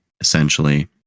essentially